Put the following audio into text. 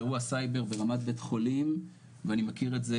אירוע סייבר ברמת בית חולים ואני מכיר את זה